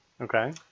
Okay